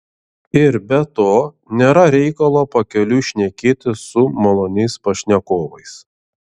ir be to nėra reikalo pakeliui šnekėtis su maloniais pašnekovais